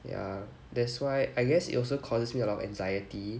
ya that's why I guess it also causes me a lot of anxiety